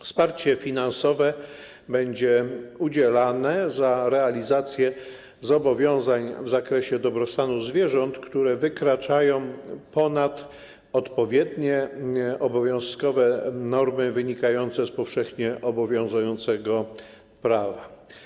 Wsparcie finansowe będzie udzielane na realizację zobowiązań w zakresie dobrostanu zwierząt, które wykraczają ponad odpowiednie obowiązkowe normy wynikające z powszechnie obowiązującego prawa.